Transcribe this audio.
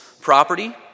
property